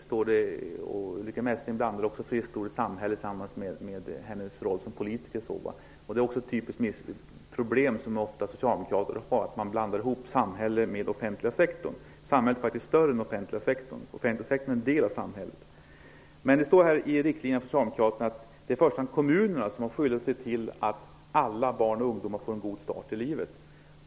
Ulrica Messing blandar också ordet samhälle med den roll hon har som politiker. Det är ett typiskt problem att socialdemokrater ofta blandar ihop samhället med offentliga sektorn. Samhället är faktiskt större än den offentliga sektorn. Offentliga sektorn är en del av samhället. Det står i det socialdemokratiska förslaget till riktlinjer att det i första hand är kommunerna som har skyldighet att se till att alla barn och ungdomar får en god start i livet.